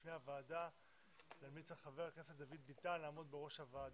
בפני הוועדה והמליצה על חבר הכנסת דוד ביטן לעמוד בראש הוועדה.